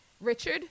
Richard